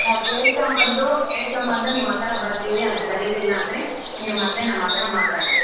ನಾವು ಕೇಳ್ಕೊಂಬಂದು ಕೇಳ್ಕೊಂಬಂದು ನಿಮ್ಮ ಹತ್ರ ಬರ್ತೀವಿ ಅದು ಸರಿಗಿಲ್ಲ ಅಂದರೆ ನೀವು ಮತ್ತೆ ನಮ್ಮ ಹತ್ರ ಮಾತಾಡಿ ರೀ